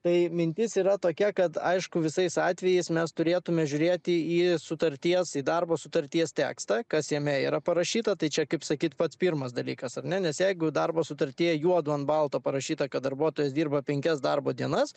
tai mintis yra tokia kad aišku visais atvejais mes turėtume žiūrėti į sutarties į darbo sutarties tekstą kas jame yra parašyta tai čia kaip sakyt pats pirmas dalykas ar ne nes jeigu darbo sutartyje juodu ant balto parašyta kad darbuotojas dirba penkias darbo dienas